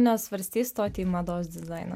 nesvarstei stoti į mados dizainą